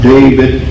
David